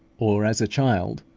or as a child,